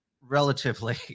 relatively